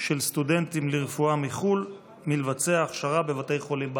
של סטודנטים לרפואה מחו"ל לבצע הכשרה בבתי חולים בארץ.